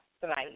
tonight